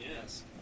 Yes